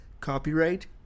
Copyright